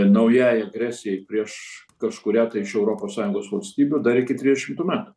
naujai agresijai prieš kažkurią tai iš europos sąjungos valstybių dar iki trisdešimtų metų